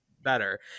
better